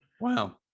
Wow